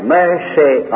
mercy